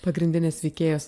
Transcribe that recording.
pagrindinės veikėjos